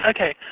Okay